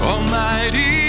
Almighty